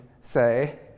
say